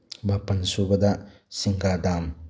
ꯃꯥꯄꯜ ꯁꯨꯕꯗ ꯁꯤꯡꯗꯥ ꯗꯥꯝ